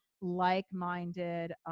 like-minded